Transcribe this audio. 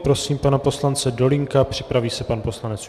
Prosím pana poslance Dolínka, připraví se pan poslanec Jurečka.